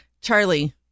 Charlie